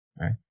right